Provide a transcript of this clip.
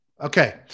okay